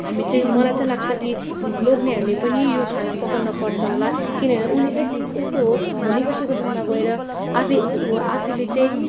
हामी चाहिँ मलाई चैँचाहिँ लाग्छ कि लोग्नेहरूले पनि यो खाना पकाउन पर्छ होला किनभने उने यस्तो हो भोलिपर्सीको दिनमा गएर आफै ऊ आफैले चाहिँ